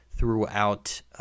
throughout